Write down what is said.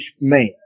man